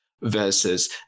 versus